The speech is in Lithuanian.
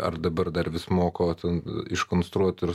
ar dabar dar vis moko ten iškonstruoti ir